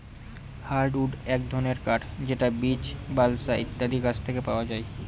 hardwood এক ধরনের কাঠ যেটা বীচ, বালসা ইত্যাদি গাছ থেকে পাওয়া যায়